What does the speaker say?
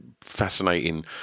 fascinating